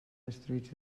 destruïts